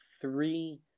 three